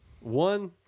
One